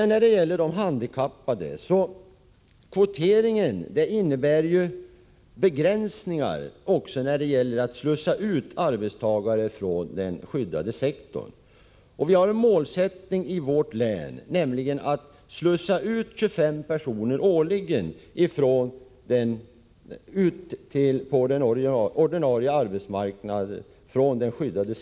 När det gäller frågan om de handikappade vill jag säga följande: Kvoteringen innebär begränsningar också när det gäller att slussa ut arbetstagare från den skyddade sektorn. I vårt län är målet att slussa ut 25 personer årligen från den skyddade sektorn till den ordinarie arbetsmarknaden.